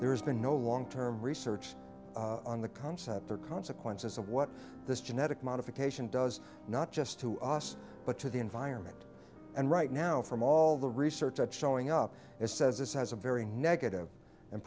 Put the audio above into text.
there's been no long term research on the concept or consequences of what this genetic modification does not just to us but to the environment and right now from all the research that showing up and says this has a very negative and